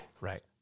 Right